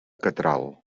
catral